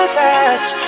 touch